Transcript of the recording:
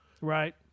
Right